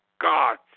God